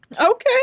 Okay